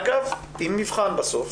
אגב, עם מבחן בסוף,